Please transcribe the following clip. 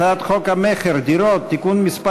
הצעת חוק המכר (דירות) (תיקון מס'